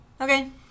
Okay